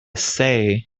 say